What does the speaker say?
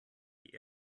die